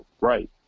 right